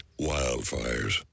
wildfires